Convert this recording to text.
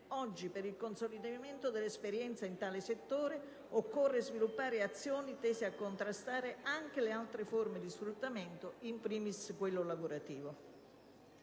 seguito del consolidamento dell'esperienza in tale settore, occorre sviluppare azioni tese a contrastare anche le altre forme di sfruttamento, *in primis* quello lavorativo.